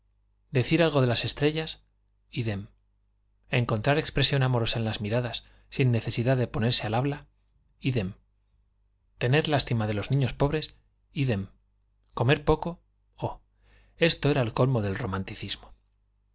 decir algo de las estrellas ídem encontrar expresión amorosa en las miradas sin necesidad de ponerse al habla ídem tener lástima de los niños pobres ídem comer poco oh esto era el colmo del romanticismo la